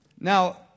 Now